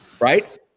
Right